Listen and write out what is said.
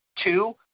two